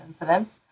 incidents